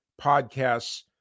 podcasts